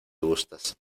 gustas